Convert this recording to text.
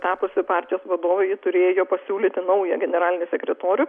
tapusi partijos vadove ji turėjo pasiūlyti naują generalinį sekretorių